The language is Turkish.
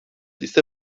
ise